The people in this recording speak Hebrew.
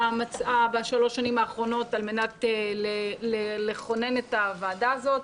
מצאה בשלוש שנים האחרונות על מנת לכונן את הוועדה הזאת,